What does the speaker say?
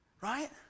right